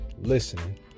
listening